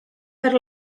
per